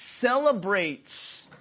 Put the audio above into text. celebrates